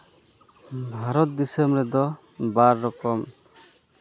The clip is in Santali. ᱵᱷᱟᱨᱚᱛ ᱫᱤᱥᱚᱢ ᱨᱮᱫᱚ ᱵᱟᱨ ᱨᱚᱠᱚᱢ